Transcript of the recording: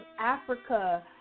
Africa